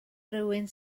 rywun